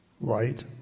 Light